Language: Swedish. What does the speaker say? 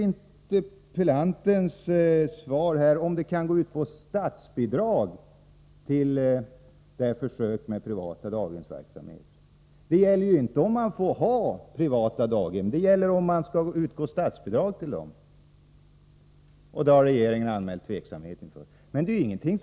Interpellantens fråga gäller inte om man får ha privata daghem utan om det skall utgå statsbidrag till privat daghemsverksamhet — och det har regeringen anmält tveksamhet inför.